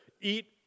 eat